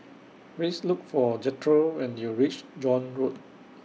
Please Look For Jethro when YOU REACH John Road